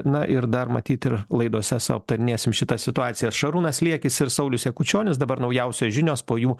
na ir dar matyt ir laidose sau aptarinėsim šitą situaciją šarūnas liekis ir saulius jakučionis dabar naujausios žinios po jų